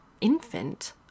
infant